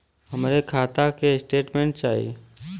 हमरे खाता के स्टेटमेंट चाही?